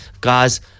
guys